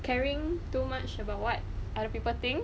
caring too much about what other people think